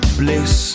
bliss